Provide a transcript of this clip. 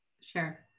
Sure